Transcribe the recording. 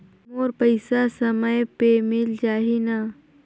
मोर पइसा समय पे मिल जाही न?